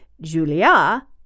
Julia